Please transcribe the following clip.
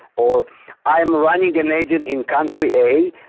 or i'm running an agent in country a,